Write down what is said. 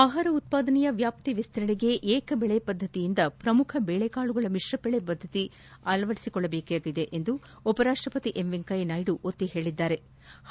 ಆಹಾರ ಉತ್ಪಾದನೆಯ ವ್ಯಾಪ್ತಿ ವಿಸ್ತರಿಸಲು ಏಕ ಬೆಳೆ ಪದ್ಧತಿಯಿಂದ ಪ್ರಮುಖ ಬೇಳೆಕಾಳುಗಳ ಮಿಶ್ರಬೆಳೆ ಪದ್ಧತಿ ಅಳವಡಿಸಿಕೊಳ್ಳಬೇಕಿದೆ ಎಂದು ಉಪರಾಷ್ಟಪತಿ ಎಂ ವೆಂಕಯ್ಯನಾಯ್ದು ಒತ್ತಿ ಹೇಳದ್ದಾರೆ